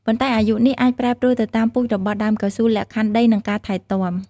ប៉ុន្តែអាយុនេះអាចប្រែប្រួលទៅតាមពូជរបស់ដើមកៅស៊ូ លក្ខខណ្ឌដី និងការថែទាំ។